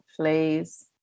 please